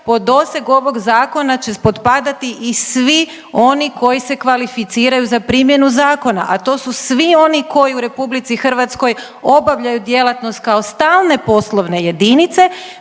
po dosegu ovog Zakona će potpadati i svi oni koji se kvalificiraju za primjenu zakona, a to su svi oni koji u RH obavljaju djelatnost kao stalne poslovne jedinice,